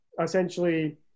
essentially